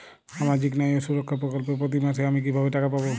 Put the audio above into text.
সামাজিক ন্যায় ও সুরক্ষা প্রকল্পে প্রতি মাসে আমি কিভাবে টাকা পাবো?